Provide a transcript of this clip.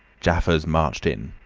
jaffers marched in.